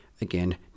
Again